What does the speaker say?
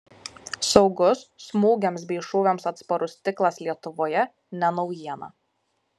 saugus smūgiams bei šūviams atsparus stiklas lietuvoje ne naujiena